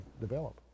develop